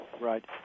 Right